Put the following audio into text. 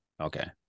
Okay